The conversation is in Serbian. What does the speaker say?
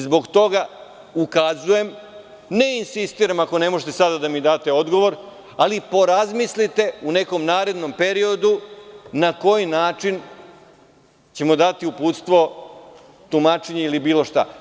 Zbog toga ukazujem, neinsistiram, ako sada ne možete da mi date odgovor, ali razmislite u nekom narednom periodu na koji način ćemo dati uputstvo, tumačenjem ili bilo šta.